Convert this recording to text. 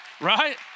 Right